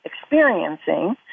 experiencing